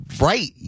Right